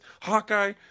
Hawkeye